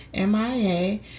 MIA